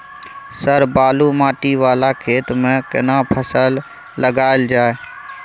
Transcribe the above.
Sir बालू माटी वाला खेत में केना फसल लगायल जाय?